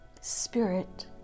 Spirit